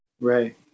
Right